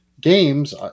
games